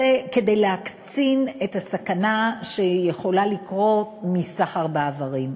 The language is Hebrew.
זה כדי להקצין את הסכנה שיכולה לקרות מסחר באיברים.